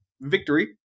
victory